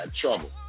trouble